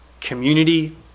community